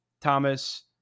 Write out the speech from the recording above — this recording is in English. Thomas